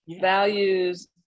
values